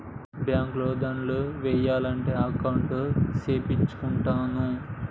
bank లో దుడ్లు ఏయాలంటే అకౌంట్ సేపిచ్చుకుంటాన్న